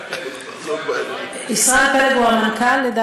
המשפטים הוא גוף שהולך ומרכז את תחומי האחריות